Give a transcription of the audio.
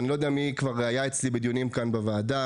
אני לא יודע מי כבר היה אצלי בדיונים כאן בוועדה,